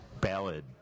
ballad